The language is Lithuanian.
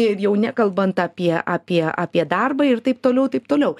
ir jau nekalbant apie apie apie darbą ir taip toliau ir taip toliau